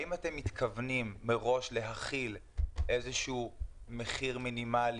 האם אתם מתכוונים מראש להחיל איזשהו מחיר מינימלי